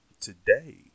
today